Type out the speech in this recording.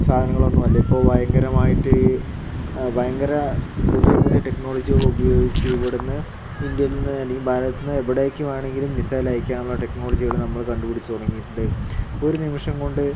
സാധനങ്ങളൊന്നുമല്ല ഇപ്പോൾ ഭയങ്കരമായിട്ട് ഭയങ്കര പുതിയ പുതിയ ടെക്നോളജികള് ഉപയോഗിച്ച് ഇവിടുന്ന് ഇന്ത്യയിൽ നിന്ന് തന്നെ ഈ ഭാരതത്തിൽ നിന്ന് എവിടേക്ക് വേണമെങ്കിലും മിസൈല് അയക്കാവുന്ന ടെക്നോളജികള് നമ്മള് കണ്ട് പിടിച്ച് തുടങ്ങിയിട്ടുണ്ട് ഒരുനിമിഷം കൊണ്ട്